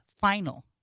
final